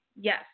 yes